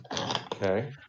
Okay